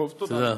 טוב, תודה.